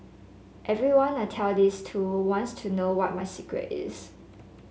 everyone I tell this to wants to know what my secret is